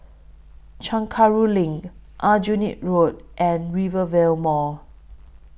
Chencharu LINK Aljunied Road and Rivervale Mall